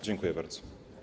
Dziękuję bardzo.